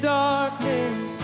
darkness